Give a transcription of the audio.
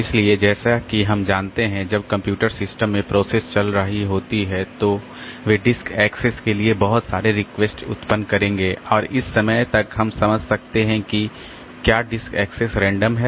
इसलिए जैसा कि हम जानते हैं कि जब कंप्यूटर सिस्टम में प्रोसेस चल रही होती हैं तो वे डिस्क एक्सेस के लिए बहुत सारे रिक्वेस्ट उत्पन्न करेंगे और इस समय तक हम समझ सकते हैं कि क्या डिस्क एक्सेस रैंडम है